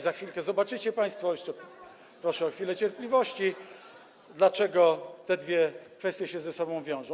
Za chwilkę zobaczycie państwo, jeszcze proszę o chwilę cierpliwości, dlaczego te dwie kwestie się ze sobą wiążą.